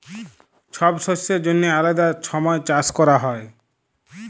ছব শস্যের জ্যনহে আলেদা ছময় চাষ ক্যরা হ্যয়